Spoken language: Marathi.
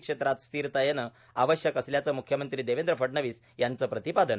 क्षेत्रात स्थिरता येणे आवश्यक असल्याचं म्ख्यमंत्री देवेंद्र फडणवीस यांचं प्रतिपादन